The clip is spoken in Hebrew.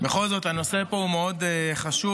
בכל זאת הנושא פה מאוד חשוב,